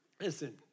Listen